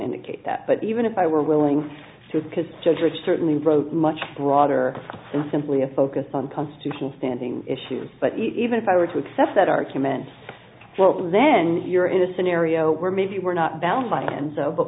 indicate that but even if i were willing to because certainly wrote much broader than simply a focus on constitutional standing issues but even if i were to accept that argument well then you're in a scenario where maybe we're not bound by and so but